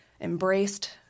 embraced